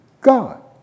God